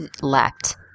lacked